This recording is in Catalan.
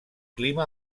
clima